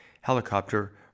Helicopter